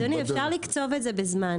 אדוני, אפשר לקצוב את זה בזמן.